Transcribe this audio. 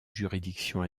juridiction